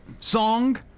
song